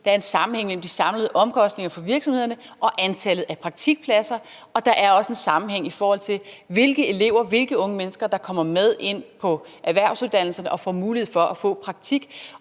også er enig i i Socialdemokratiet – for virksomhederne og antallet af praktikpladser, og der er også en sammenhæng, i forhold til hvilke elever og hvilke unge mennesker der kommer med ind på erhvervsuddannelserne og får mulighed for at få praktik.